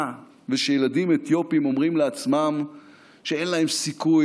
ושילדים אתיופים אומרים לעצמם שאין להם סיכוי